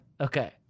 Okay